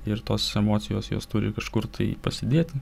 ir tos emocijos jos turi kažkur tai pasidėti